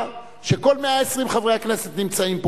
היא שכל 120 חברי הכנסת נמצאים פה,